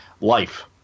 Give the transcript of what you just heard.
life